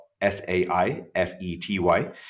s-a-i-f-e-t-y